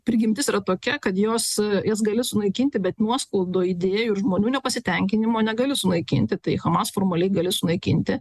prigimtis yra tokia kad jos jas gali sunaikinti bet nuoskaudų idėjų ir žmonių nepasitenkinimo negali sunaikinti tai hamas formaliai gali sunaikinti